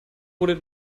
wurde